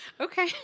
okay